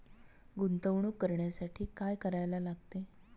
गुंतवणूक करण्यासाठी काय करायला लागते?